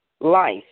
life